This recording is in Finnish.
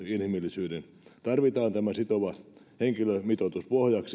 inhimillisyyden tarvitaan pohjaksi tämä sitova henkilömitoitus